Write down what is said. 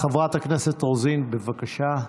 חברת הכנסת רוזין, בבקשה.